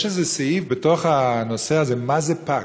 יש סעיף בתוך הנושא הזה: מה זה פג,